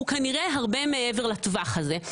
הוא כנראה הרבה מעבר לטווח הזה.